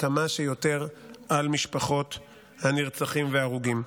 כמה שיותר על משפחות הנרצחים וההרוגים.